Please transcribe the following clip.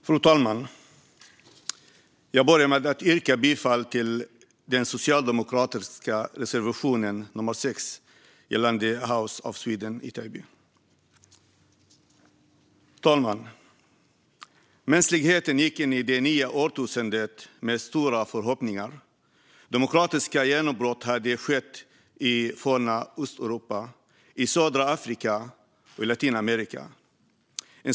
Fru talman! Jag börjar med att yrka bifall till den socialdemokratiska reservationen, nummer 6, gällande House of Sweden i Taipei. Fru talman! Mänskligheten gick in i det nya årtusendet med stora förhoppningar. Demokratiska genombrott hade skett i forna Östeuropa, i södra Afrika och i Latinamerika.